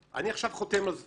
זה אפשרי, אני עכשיו חותם על זה,